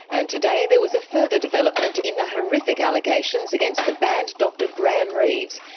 and today there was a further development in the horrific allegations against the banned dr graeme reeves.